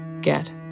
get